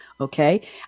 Okay